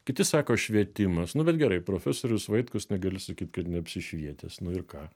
kiti sako švietimas nu bet gerai profesorius vaitkus negali sakyt kad neapsišvietęs nu ir ką